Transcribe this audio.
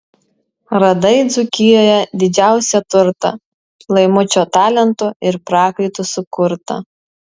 radai dzūkijoje didžiausią turtą laimučio talentu ir prakaitu sukurtą